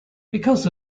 because